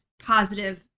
positive